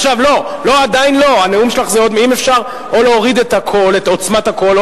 אם אפשר או להוריד את עוצמת הקול או